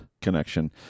connection